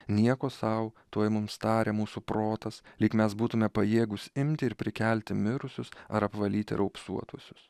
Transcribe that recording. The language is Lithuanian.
nieko sau tuoj mums taria mūsų protas lyg mes būtume pajėgūs imti ir prikelti mirusius ar apvalyti raupsuotuosius